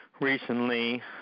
Recently